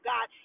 God